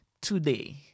today